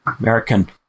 American